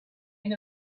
and